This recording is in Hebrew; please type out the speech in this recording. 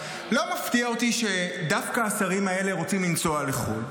לא מפתיע אותי שדווקא השרים האלה רוצים לנסוע לחו"ל.